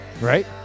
Right